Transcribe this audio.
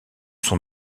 sont